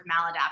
maladaptive